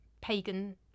pagan